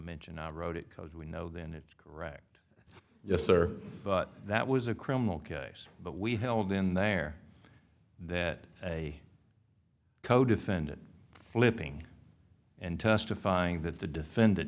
mentioned i wrote it because we know then it's correct yes sir but that was a criminal case but we held in there that a codefendant flipping and testifying that the defendant